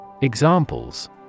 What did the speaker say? Examples